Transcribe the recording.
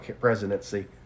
presidency